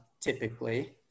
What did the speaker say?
typically